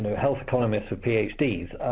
health economists with ph d